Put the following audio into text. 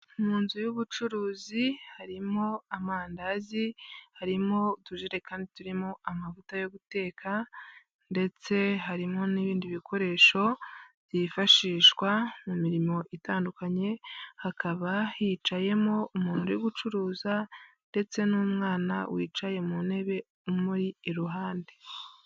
Mu nzu y'ubucuruzi harimo: amandazi, harimo utujerirekani turimo amavuta yo guteka ndetse harimo n'ibindi bikoresho byifashishwa mu mirimo itandukanye. Hakaba hicayemo umuntu uri gucuruza ndetse n'umwana wicaye mu ntebe umuri iruhande.